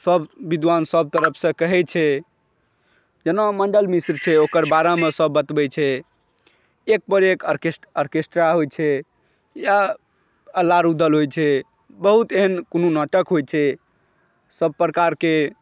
विद्वान सभ तरफ़सॅं कहै छै जेना मण्डन मिश्र छै ओकर बारेमे सभ बतबै छै एक पर एक ऑर्केस्ट्रा होइ छै या अल्लाह रूदल होइ छै बहुत एहन कोनो नाटक होइ छै सभ प्रकारके